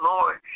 Lord